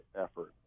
effort